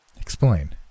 Explain